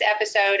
episode